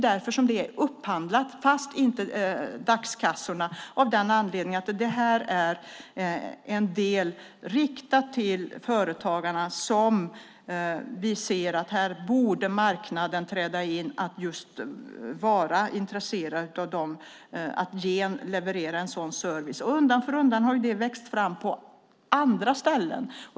Därför är det upphandlat, dock inte dagskassorna av den anledningen att det här är riktat till företagare och marknaden borde träda in och vara intresserad av att leverera en sådan service. Undan för undan har det vuxit fram på andra ställen.